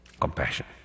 compassion